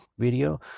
video